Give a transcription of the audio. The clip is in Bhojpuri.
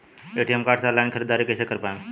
ए.टी.एम कार्ड से ऑनलाइन ख़रीदारी कइसे कर पाएम?